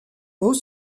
mot